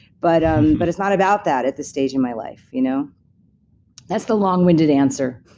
but um but it's not about that at this stage in my life. you know that's the long-winded answer.